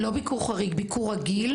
לא ביקור חריג, ביקור רגיל.